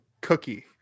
cookie